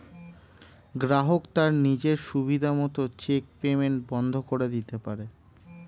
গ্রাহক তার নিজের সুবিধা মত চেক পেইমেন্ট বন্ধ করে দিতে পারে